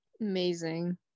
amazing